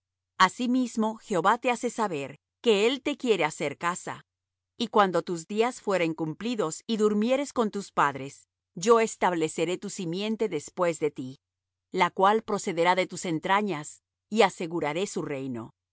asimimso jehová te hace saber que él te quiere hacer casa y cuando tus días fueren cumplidos y durmieres con tus padres yo estableceré tu simiente después de ti la cual procederá de tus entrañas y aseguraré su reino el